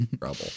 trouble